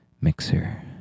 Mixer